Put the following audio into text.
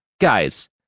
Guys